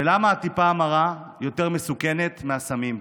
ולמה הטיפה המרה יותר מסוכנת מהסמים?